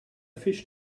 fish